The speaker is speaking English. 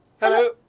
Hello